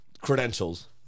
credentials